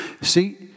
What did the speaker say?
See